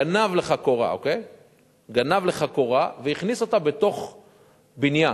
גנב לך קורה, גנב לך קורה והכניס אותה בתוך בניין.